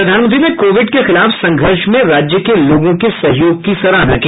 प्रधानमंत्री ने कोविड के खिलाफ संघर्ष में राज्य के लोगों के सहयोग की सराहना की